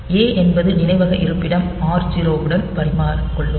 A என்பது நினைவக இருப்பிடம் r0 உடன் பரிமாறிக்கொள்ளும்